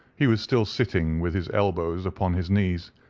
he was still sitting with his elbows upon his knees,